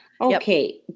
Okay